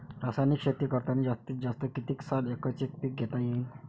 रासायनिक शेती करतांनी जास्तीत जास्त कितीक साल एकच एक पीक घेता येईन?